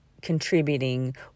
contributing